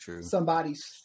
somebody's